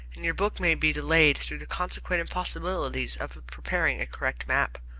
and your book may be delayed through the consequent impossibility of preparing a correct map.